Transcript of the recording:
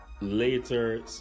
later